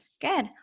Good